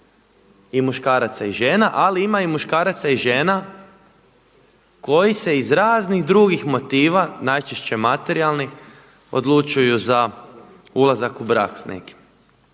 i muškaraca i žena, ali ima i muškaraca i žena koji se iz raznih drugih motiva najčešće materijalnih odlučuju za ulazak u brak s nekim